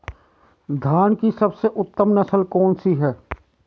धान की सबसे उत्तम नस्ल कौन सी है?